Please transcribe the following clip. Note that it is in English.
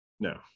No